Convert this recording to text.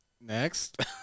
Next